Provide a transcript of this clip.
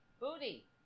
Booty